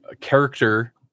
character